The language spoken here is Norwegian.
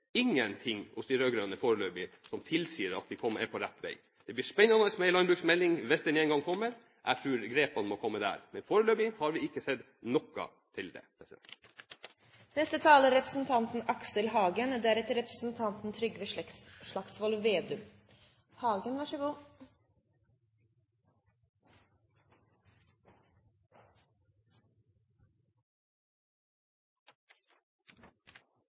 ingenting hos de rød-grønne foreløpig som tilsier at vi er på rett vei. Det blir spennende med en landbruksmelding, hvis den en gang kommer. Jeg tror grepene må komme der, men foreløpig har vi ikke sett noe til det. Jeg har fra kontorpulten med stadig sterkere interesse fulgt med på denne debatten. Den er ikke så